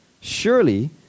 Surely